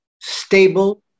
stable